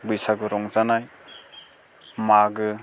बैसागु रंजानाय मागो